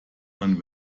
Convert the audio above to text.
man